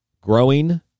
Growing